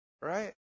right